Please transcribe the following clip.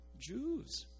Jews